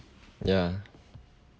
ya